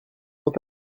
quand